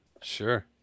Sure